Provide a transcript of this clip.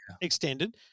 extended